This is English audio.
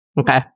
Okay